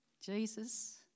Jesus